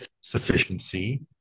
sufficiency